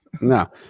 No